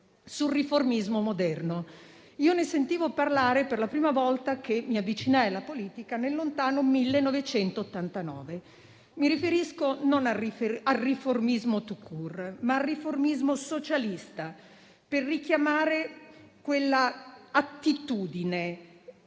sul riformismo moderno. Ne ho sentito parlare la prima volta che mi avvicinai alla politica, nel lontano 1989. Non mi riferisco al riformismo *tout court*, ma al riformismo socialista per richiamare quella attitudine